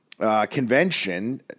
convention